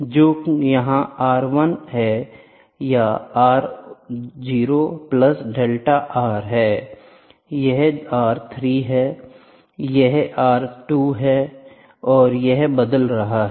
तो यह R 1 है यह R O plus delta R है यह R 3 है यह R 2 है और यह बदल रहा है